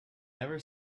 never